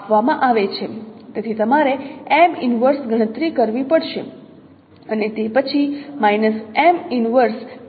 તેથી તમારે ગણતરી કરવી પડશે અને તે પછી તમને અનુરૂપ આપશે